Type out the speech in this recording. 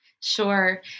Sure